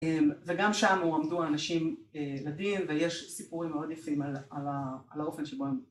וגם שם הועמדו אנשים ילדים ויש סיפורים מאוד יפים על האופן שבו הם